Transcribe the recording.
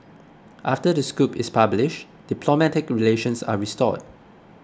after the scoop is published diplomatic relations are restored